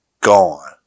gone